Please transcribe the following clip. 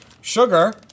Sugar